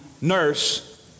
nurse